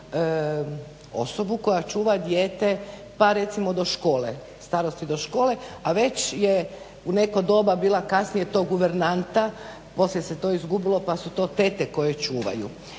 osobu koja čuva dijete pa recimo do škole, starosti do škole, a već je u neko doba bila kasnije to guvernanta. Poslije se to izgubilo pa su to tete koje čuvaju.